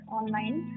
online